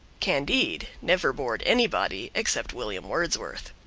candide never bored anybody except william wordsworth.